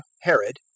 Herod